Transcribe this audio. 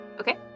Okay